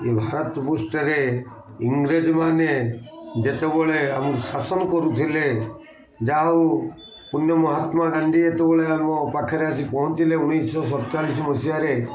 ଏ ଭାରତ ପୃଷ୍ଠରେ ଇଂରେଜମାନେ ଯେତେବେଳେ ଆମକୁ ଶାସନ କରୁଥିଲେ ଯାହା ହଉ ପୁର୍ଣ୍ୟ ମହାତ୍ମାଗାନ୍ଧୀ ଯେତେବେଳେ ଆମ ପାଖରେ ଆସି ପହଞ୍ଚିଲେ ଉଣେଇଶହ ସତଚାଳିଶ ମସିହାରେ